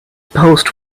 post